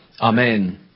Amen